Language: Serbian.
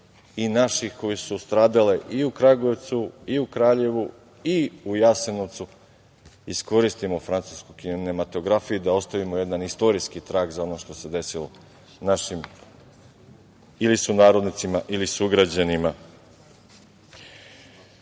i naših koje su stradale i u Kragujevcu i u Kraljevu i u Jasenovcu, iskoristimo francusku kinematografiju i da ostavimo jedan istorijski trag za ono što se desilo našim ili sunarodnicima ili sugrađanima. Kada